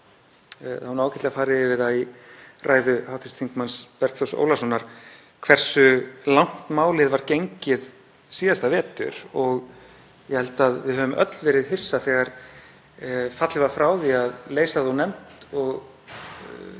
ágætlega farið yfir það í ræðu hv. þm. Bergþórs Ólasonar hversu langt málið var gengið síðasta vetur. Ég held að við höfum öll verið hissa þegar fallið var frá því að leysa það úr nefnd og